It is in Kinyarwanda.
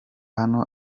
hano